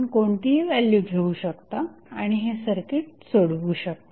आपण कोणतीही व्हॅल्यू घेऊ शकता आणि हे सर्किट सोडवू शकता